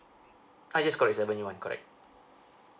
uh yes correct is avenue one correct